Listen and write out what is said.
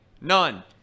None